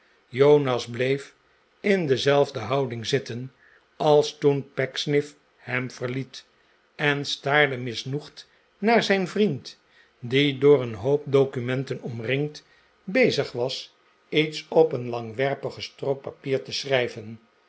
jonas bleef in dezelfde houding zitten als toen pecksniff hem verliet en staarde misnoegd naar zijn vriend die door een hoop documenten omringd bezig was iets op een langwerpige strook papier te schrijven